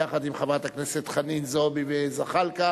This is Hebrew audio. יחד עם חברי הכנסת חנין זועבי וזחאלקה.